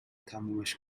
تمومش